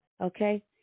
okay